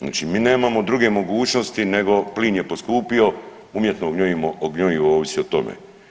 Znači mi nemamo druge mogućnosti nego plin je poskupio, umjetno gnjojivo ovisi o tome.